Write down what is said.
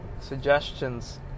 suggestions